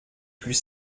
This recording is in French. plus